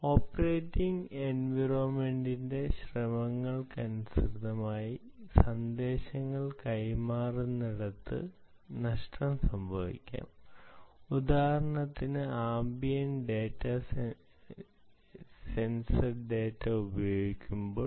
operating എൻവയോൺമെൻറിൻറെ ശ്രമങ്ങൾക്കനുസൃതമായി സന്ദേശങ്ങൾ കൈമാറുന്നിടത്ത് നഷ്ടം സംഭവിക്കാം ഉദാഹരണത്തിന് ആംബിയന്റ് സെൻസർ ഡാറ്റ ഉപയോഗിക്കുമ്പോൾ